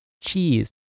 cheese